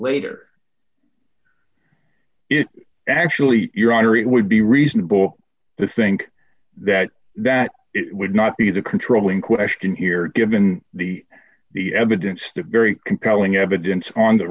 later it actually your honor it would be reasonable to think that that it would not be the controlling question here given the the evidence the very compelling evidence on the